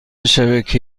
شبکه